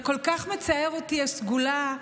זה כל כך מצער אותי, "הסגולה",